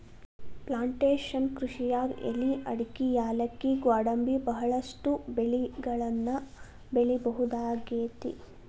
plantation ಕೃಷಿಯಾಗ್ ಎಲಿ ಅಡಕಿ ಯಾಲಕ್ಕಿ ಗ್ವಾಡಂಬಿ ಬಹಳಷ್ಟು ಬೆಳಿಗಳನ್ನ ಬೆಳಿಬಹುದಾಗೇತಿ